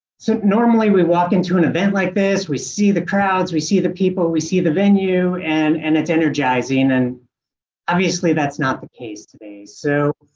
sent normally we walk into an event like this. we see the crowds. we see the people we see the venue, and an it's energizing and obviously that's not the case today. so